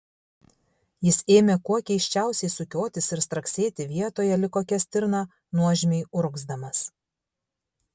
jis ėmė kuo keisčiausiai sukiotis ir straksėti vietoje lyg kokia stirna nuožmiai urgzdamas